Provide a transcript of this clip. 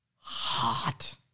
hot